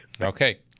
Okay